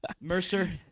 Mercer